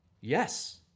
Yes